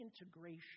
integration